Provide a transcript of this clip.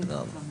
תודה רבה.